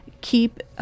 keep –